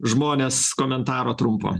žmonės komentaro trumpo